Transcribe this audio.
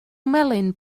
melyn